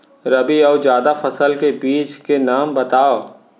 रबि अऊ जादा फसल के बीज के नाम बताव?